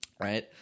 right